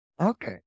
Okay